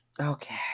Okay